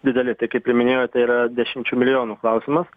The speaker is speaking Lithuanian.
dideli tai kaip ir minėjot tai yra dešimčių milijonų klausimas